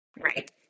Right